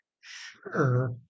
Sure